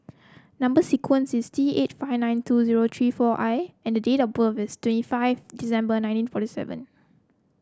number sequence is T eight five nine two zero three four I and the date of birth is twenty five December nineteen forty seven